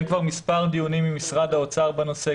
כבר מספר דיונים עם משרד האוצר בנושא,